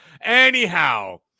anyhow